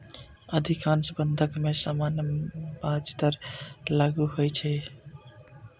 अधिकांश बंधक मे सामान्य ब्याज दर लागू होइ छै